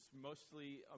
mostly